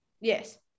Yes